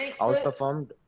outperformed